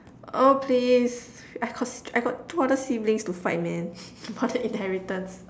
oh please I got s~ I got two other siblings to fight man for the inheritance